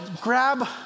grab